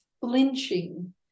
flinching